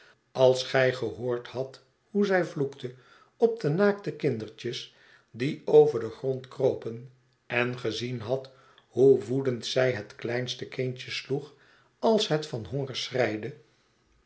als gij gehoord hadt hoe zij vloekte op de naakte kindertjes die over den grond kropen en gezien hadt hoe woedend zij het kleinste kindje sloeg als het van